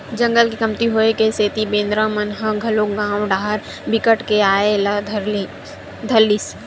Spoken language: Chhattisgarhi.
जंगल के कमती होए के सेती बेंदरा मन ह घलोक गाँव डाहर बिकट के आये ल धर लिस